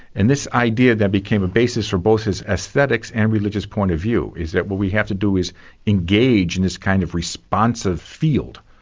and this idea that became a basis for both his aesthetics and religious point of view, is that what we have to do is engage in this kind of responsive field,